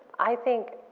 i think,